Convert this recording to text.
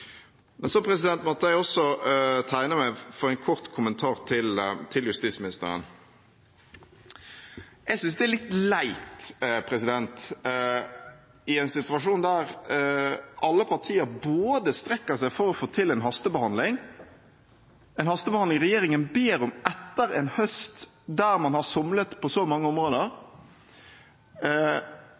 Så måtte jeg også tegne meg for en kort kommentar til justisministeren. Jeg synes det er litt leit i en situasjon der alle partier strekker seg for å få til en hastebehandling, en hastebehandling regjeringen ber om etter en høst der man har somlet på så mange områder,